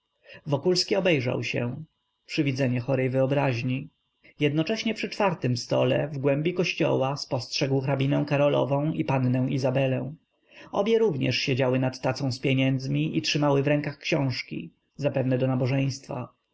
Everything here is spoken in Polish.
głos wokulski obejrzał się przywidzenie chorej wyobraźni jednocześnie przy czwartym stole w głębi kościoła spostrzegł hrabinę karolową i pannę izabelę obie również siedziały nad tacą z pieniędzmi i trzymały w rękach książki zapewne do nabożeństwa